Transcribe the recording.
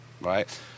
Right